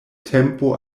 tempo